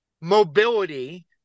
mobility